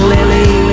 Lily